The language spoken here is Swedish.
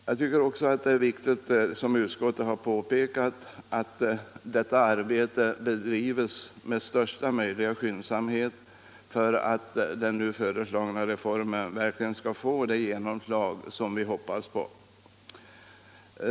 Jag tycker också att det är viktigt, som utskottet påpekat, att detta arbete bedrivs med största möjliga skyndsamhet för att den nu föreslagna reformen verkligen skall få det genomslag vi hoppas på.